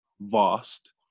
vast